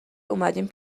اومدین